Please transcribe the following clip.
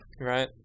Right